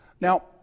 Now